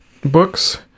books